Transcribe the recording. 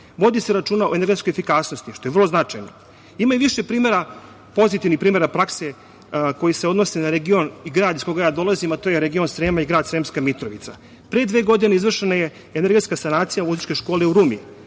Vodi se računa o energetskoj efikasnosti, što je vrlo značajno. Ima i više primera, pozitivnih primera prakse koji se odnose na region i grad iz koga ja dolazim, a to je region Srema i grad Sremska Mitrovica. Pre dve godine izvršena je energetska sanacija u muzičkoj školi u Rumi,